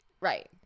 Right